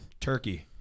Turkey